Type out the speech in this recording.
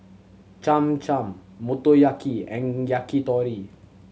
Cham Cham Motoyaki and Yakitori